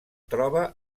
troba